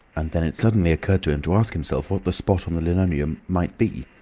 and then it suddenly occurred to him to ask himself what the spot on the linoleum might be.